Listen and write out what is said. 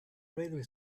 railway